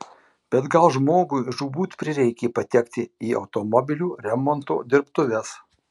bet gal žmogui žūtbūt prireikė patekti į automobilių remonto dirbtuves